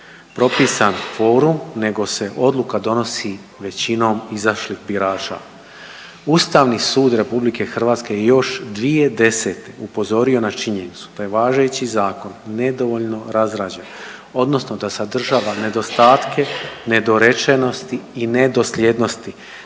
propisan kvorum nego se odluka donosi većinom izašlih birača. Ustani sud RH je još 2010. upozorio na činjenicu da je važeći zakon nedovoljno razrađen odnosno da sadržava nedostatke, nedorečenosti i nedosljednosti